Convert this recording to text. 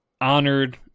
honored